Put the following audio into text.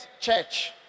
church